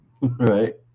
Right